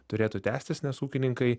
turėtų tęstis nes ūkininkai